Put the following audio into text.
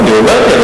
אני אמרתי.